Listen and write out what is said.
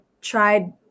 tried